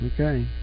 Okay